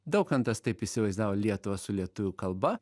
daukantas taip įsivaizdavo lietuvą su lietuvių kalba